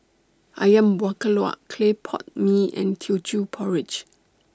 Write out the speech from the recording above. Ayam Buah Keluak Clay Pot Mee and Teochew Porridge